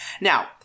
Now